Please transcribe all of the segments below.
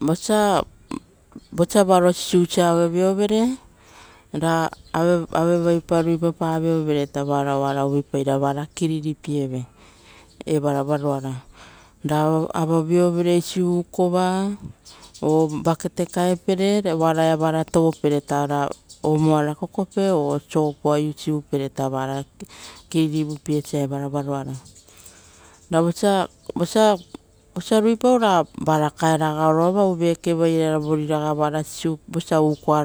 Vosa varo sisiusa aveiovere ra avepa ruipapa vio vere, varao oara uvuipai ra vuivui verapape. Ra airepe evara vara varoara. Avaiovere eisi ukova, aveva uko gurupava ra varaia vara, tovo iovere. Ra omo vuivui vera, tovoiovere ora sopua aia vara sopuivere varoara uearo piesa. Vosa ruipaio vere, ra aveia, veke vara ogata iovere, ra voari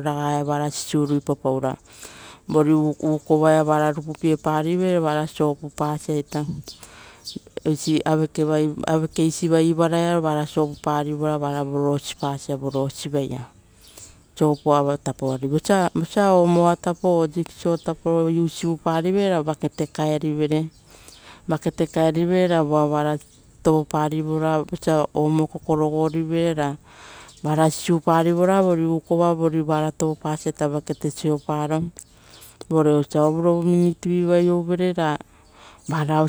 raga vara sisiu ruipa ukova ragaia. Ra vara rupu pie, parivere, vara sopu paoro, ora vara uorosipaoro. Ari vosa omo vuivui verapa ora kopikopi verapa, ra pakete kaeri vere voa vara sisiupasa. Vore ovusa, ouirovu vuta ia iouve, ra vara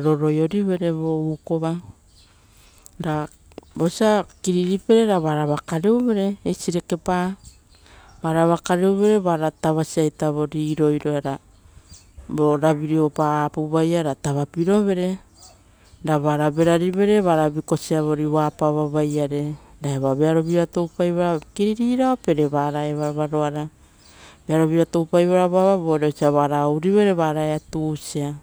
roro-iori vereita ra varava kereu vere, eisire kepa, vara tavasa, iroiroia, vouva ravireo, roropare. Ra tavapiro vere, ra uara uerari, vara vikosa oapaiare, vore osa vira ia tuvero.